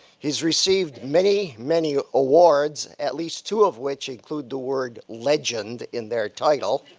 he's received many, many awards, at least two of which include the word legend in their title.